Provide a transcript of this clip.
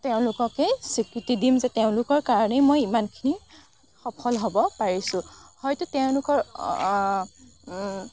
তেওঁলোককেই স্বীকৃতি দিম যে তেওঁলোকৰ কাৰণেই মই ইমানখিনি সফল হ'ব পাৰিছোঁ হয়তো তেওঁলোকৰ